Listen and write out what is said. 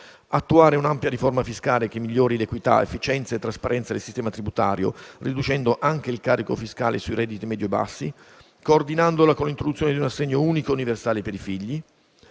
Attuare un'ampia riforma fiscale che migliori l'equità, l'efficienza e la trasparenza del sistema tributario, riducendo anche il carico fiscale sui redditi medio-bassi, coordinandola con l'introduzione di un assegno unico universale per i figli.